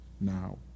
now